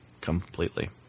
completely